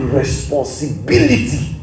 responsibility